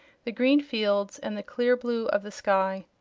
the green fields and the clear blue of the sky.